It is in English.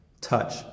touch